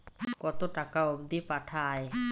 কতো টাকা অবধি পাঠা য়ায়?